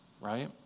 right